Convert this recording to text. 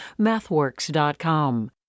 mathworks.com